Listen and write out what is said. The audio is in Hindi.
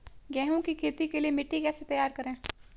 गेहूँ की खेती के लिए मिट्टी कैसे तैयार करें?